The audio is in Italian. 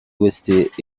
questa